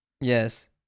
yes